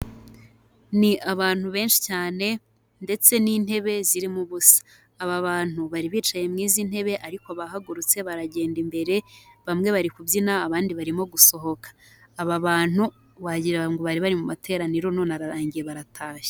Ni abantu benshi cyane, ndetse n'intebe zirimo ubusa. Aba bantu bari bicaye mu izi ntebe ariko bahagurutse baragenda imbere, bamwe bari kubyina abandi barimo gusohoka. Aba bantu wagira ngo bari bari mu materaniro none ararangiye baratashye.